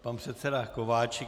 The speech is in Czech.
Pan předseda Kováčik.